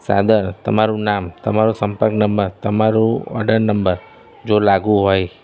સાદર તમારું નામ તમારો સંપર્ક નંબર તમારું ઓડર નંબર જો લાગુ હોય